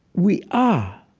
we are,